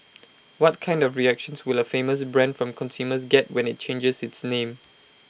what kind of reactions will A famous brand from consumers get when IT changes its name